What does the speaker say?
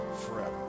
forever